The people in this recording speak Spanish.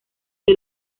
que